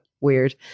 weird